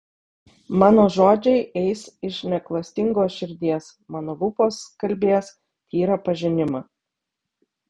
mano žodžiai eis iš neklastingos širdies mano lūpos kalbės tyrą pažinimą